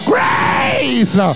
Grace